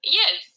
yes